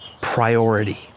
priority